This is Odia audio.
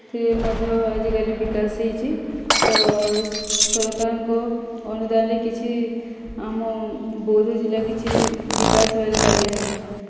ଏଥିରେ ମଧ୍ୟ ଆଜିକାଲି ବିକାଶ ହୋଇଛି ତ ସରକାରଙ୍କ ଅନୁଦାନରେ କିଛି ଆମ ବୌଦ୍ଧ ଜିଲ୍ଲା କିଛି ବିକାଶ ହେବାରେ ଲାଗିଛି